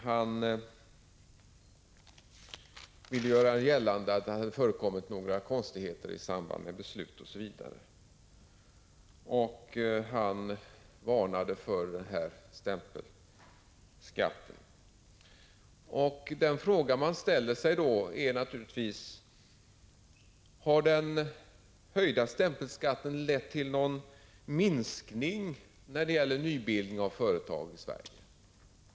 Han ville göra gällande att det hade förekommit några konstigheter i samband med beslut och liknande, och han varnade för stämpelskatten. Det man då frågar sig är naturligtvis: Har den höjda stämpelskatten lett till någon minskning av nybildningen av företag i Sverige?